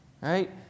right